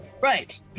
Right